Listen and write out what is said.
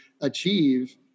achieve